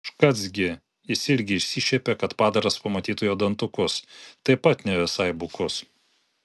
škac gi jis irgi išsišiepė kad padaras pamatytų jo dantukus taip pat ne visai bukus